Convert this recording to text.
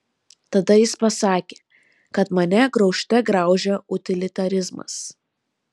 tada jis pasakė kad mane graužte graužia utilitarizmas